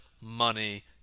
money